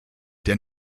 der